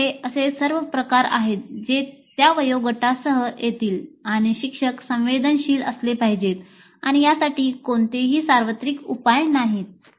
आपल्याकडे असे सर्व प्रकार आहेत जे त्या वयोगटासह येतील आणि शिक्षक संवेदनशील असले पाहिजेत आणि यासाठी कोणतेही सार्वत्रिक उपाय नाहीत